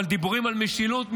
אבל דיבורים על משילות?